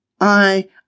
I